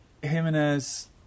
Jimenez